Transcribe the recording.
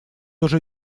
уже